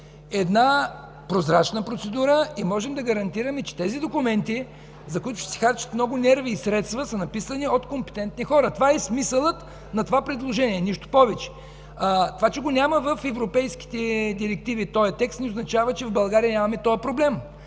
прозрачна процедура и че тези документи, за които ще се харчат много нерви и средства, са написани от компетентни хора. Това е смисълът на предложението, нищо повече. Това че в европейските директиви няма този текст, не означава, че в България нямаме този проблем.